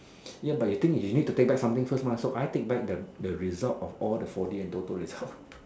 ya but you think you need to take back something first mah so I take back the the result of all the four D and toto result